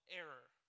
error